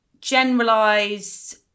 generalized